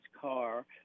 car